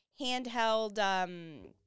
handheld